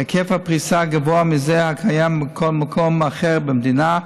היקף הפריסה גבוה מזה הקיים בכל מקום אחר במדינה,